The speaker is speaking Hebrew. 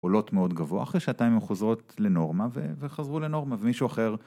עולות מאוד גבוה אחרי שעתיים הן חוזרות לנורמה וחזרו לנורמה ומישהו אחר